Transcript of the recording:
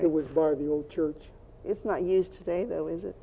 it was by the old church it's not used today though is it